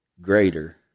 greater